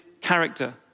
character